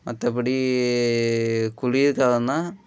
மற்றபடி குளிர் காலம் தான்